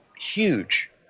huge